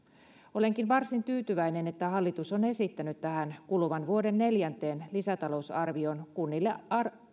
olenkin varsin tyytyväinen että hallitus on esittänyt tähän kuluvan vuoden neljänteen lisätalousarvioon kunnille